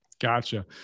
Gotcha